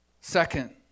Second